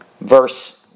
verse